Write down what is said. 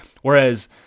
whereas